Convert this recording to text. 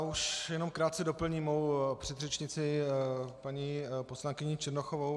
Už jenom krátce doplním svou předřečnici paní poslankyni Černochovou.